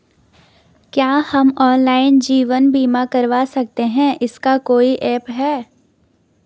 क्या हम ऑनलाइन जीवन बीमा करवा सकते हैं इसका कोई ऐप है?